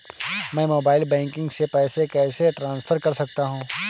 मैं mobile banking से पैसे कैसे ट्रांसफर कर सकता हूं?